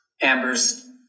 Amber's